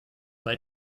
bei